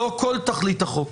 זו כל תכלית החוק.